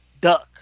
duck